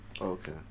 Okay